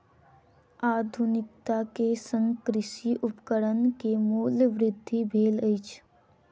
आधुनिकता के संग कृषि उपकरण के मूल्य वृद्धि भेल अछि